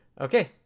Okay